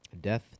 death